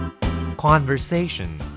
Conversation